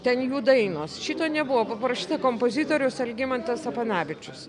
ten jų dainos šito nebuvo buvo prašyta kompozitorius algimantas apanavičius